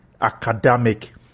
academic